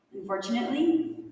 Unfortunately